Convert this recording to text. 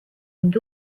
mind